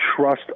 trust